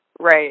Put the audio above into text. Right